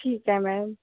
ਠੀਕ ਹੈ ਮੈਮ